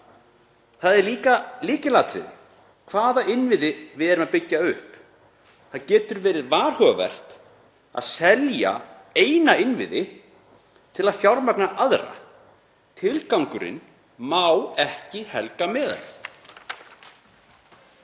Það er líka lykilatriði hvaða innviði við erum að byggja upp. Það getur verið varhugavert að selja eina innviði til að fjármagna aðra. Tilgangurinn má ekki helga meðalið.